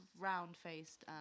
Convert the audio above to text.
round-faced